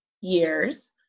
years